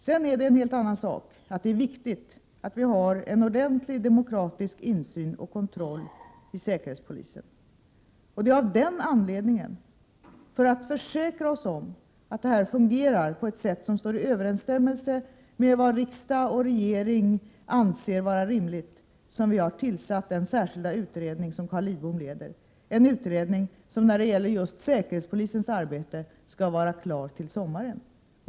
Sedan är det en helt annan sak att det är viktigt att vi har en ordentlig demokratisk insyn och kontroll i säkerhetspolisens verksamhet. Det är för att försäkra oss om att den fungerar på ett sätt som står i överensstämmelse med vad riksdag och regering anser vara rimligt som vi har tillsatt den särskilda utredning som Carl Lidbom leder, en utredning som när det gäller just säkerhetspolisens arbete skall vara klar till sommaren.